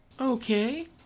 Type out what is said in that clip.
Okay